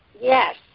Yes